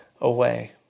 away